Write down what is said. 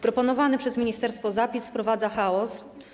Proponowany przez ministerstwo zapis wprowadza chaos.